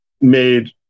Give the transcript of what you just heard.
made